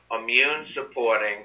immune-supporting